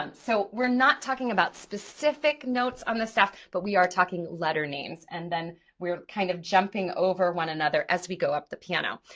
so we're not talking about specific notes on the staff but we are talking letter names and then we're kind of jumping over one another as we go up the piano,